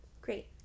great